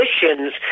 positions